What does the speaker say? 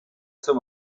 zum